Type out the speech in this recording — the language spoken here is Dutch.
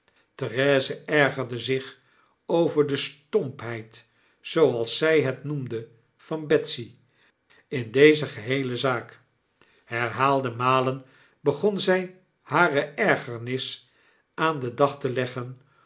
therese ergerde zich over de stompheid zooals zy het noemde van betsy in deze gebeele zaak herhaalde malen begon zij hare ergernis aan den dag te leggen